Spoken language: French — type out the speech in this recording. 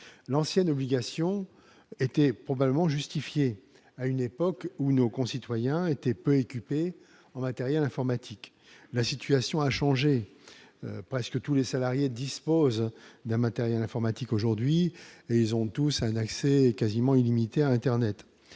l'ancienne obligation étaient probablement justifiées, à une époque où nos concitoyens étaient peu équipé en matériel informatique, la situation a changé presque tous les salariés disposent d'un matériel informatique aujourd'hui, et ils ont tous un accès quasiment illimitée à Internet,